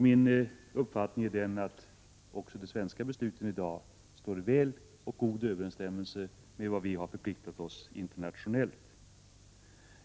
Min uppfattning är den, att också det svenska beslutet i dag står i god överensstämmelse med vad vi har förpliktat oss till internationellt.